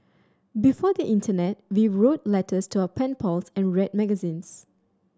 before the internet we wrote letters to our pen pals and read magazines